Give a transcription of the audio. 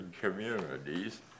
communities